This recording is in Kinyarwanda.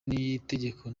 n’itegeko